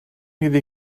iddi